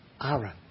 Aaron